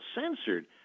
censored